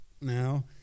now